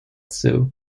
zoo